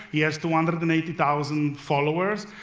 he has two hundred and eighty thousand followers.